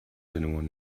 anyone